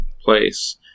place